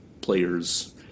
players